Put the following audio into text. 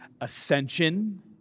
Ascension